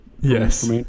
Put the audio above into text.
Yes